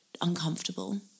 uncomfortable